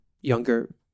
younger